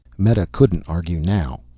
meta couldn't argue now.